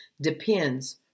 depends